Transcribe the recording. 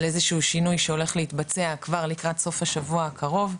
איזשהו שינוי שהולך להתבצע כבר לקראת סוף השבוע הקרוב,